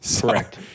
Correct